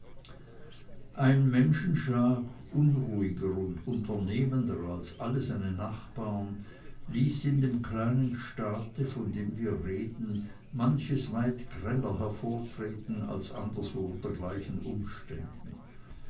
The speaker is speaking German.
ein menschenschlag unruhiger und unternehmender als alle seine nachbarn ließ in dem kleinen staate von dem wir reden manches weit greller hervortreten als anderswo unter gleichen umständen